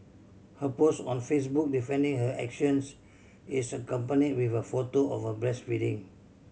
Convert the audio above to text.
her post on Facebook defending her actions is accompanied with a photo of her breastfeeding